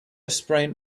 sprained